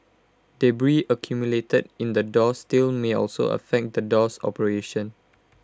debris accumulated in the door sill may also affect the door's operation